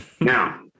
Now